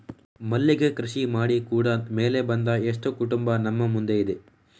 ಮಲ್ಲಿಗೆ ಕೃಷಿ ಮಾಡಿ ಕೂಡಾ ಮೇಲೆ ಬಂದ ಎಷ್ಟೋ ಕುಟುಂಬ ನಮ್ಮ ಮುಂದೆ ಇದೆ